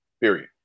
Period